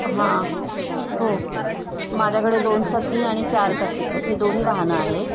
हां हो माझ्याकडे दोनचाकी आणि चारचाकी अशी दोन्ही वाहनं आहेत